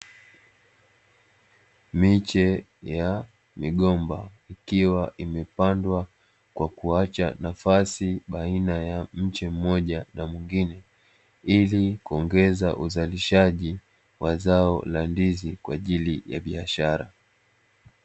Miche ya migomba ikwa imepandwa kwa kuacha nafasi baina ya mche mmoja na mwingine, ili kuongeza uzalishaji wa zao la ndizi kwa ajili ya biashara.